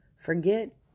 forget